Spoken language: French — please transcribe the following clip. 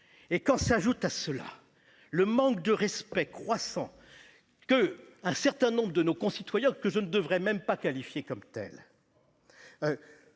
situation. S'ajoute à cela le manque de respect croissant dont un certain nombre de nos concitoyens, que je ne devrais même pas qualifier comme tels,